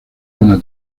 una